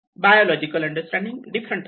biological understanding different आहे